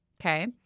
Okay